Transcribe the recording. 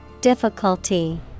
Difficulty